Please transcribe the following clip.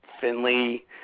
Finley